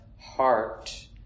heart